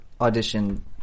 audition